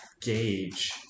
gauge